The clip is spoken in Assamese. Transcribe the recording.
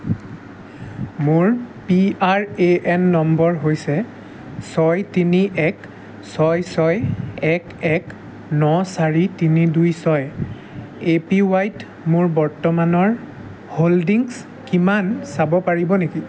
মোৰ P R A N number হৈছে ছয় তিনি এক ছয় ছয় এক এক ন চাৰি তিনি দুই ছয় এ পি ৱাই ত মোৰ বৰ্তমানৰ হোল্ডিংছ কিমান চাব পাৰিব নেকি